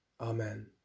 Amen